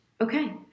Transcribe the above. Okay